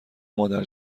مادر